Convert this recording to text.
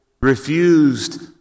refused